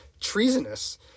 treasonous